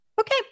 Okay